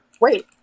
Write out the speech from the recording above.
Wait